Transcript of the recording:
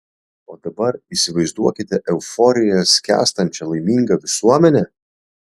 o dabar įsivaizduokite euforijoje skęstančią laimingą visuomenę